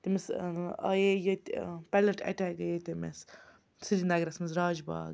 تٔمِس آیے ییٚتہِ پیلٹ ایٚٹیک گٔیے تٔمِس سرینگرَس منٛز راج باغ